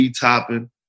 topping